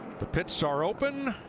the pits are open.